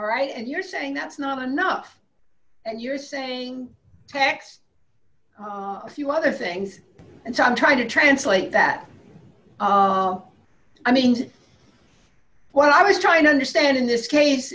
right and you're saying that's not enough and you're saying tax a few other things and so i'm trying to translate that i mean what i was trying to understand in this case